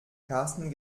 karsten